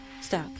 Stop